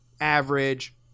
average